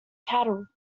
cattle